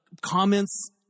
comments